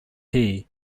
granted